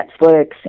Netflix